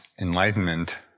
enlightenment